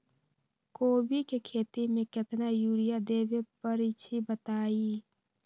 कोबी के खेती मे केतना यूरिया देबे परईछी बताई?